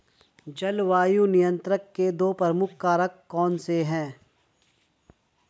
जलवायु नियंत्रण के दो प्रमुख कारक कौन से हैं?